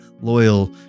loyal